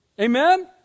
Amen